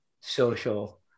social